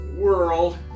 world